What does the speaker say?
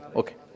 okay